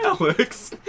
Alex